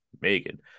Megan